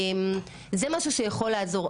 זה משהו שיכול לעזור.